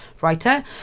writer